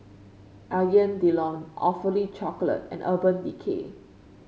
Alain Delon Awfully Chocolate and Urban Decay